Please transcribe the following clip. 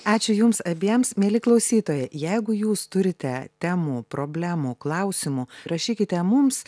ačiū jums abiems mieli klausytojai jeigu jūs turite temų problemų klausimų rašykite mums